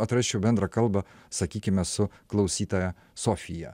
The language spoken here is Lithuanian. atrasčiau bendrą kalbą sakykime su klausytoja sofija